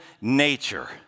nature